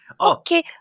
Okay